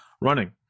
running